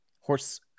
horse